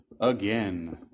again